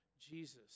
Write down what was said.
Jesus